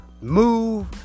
move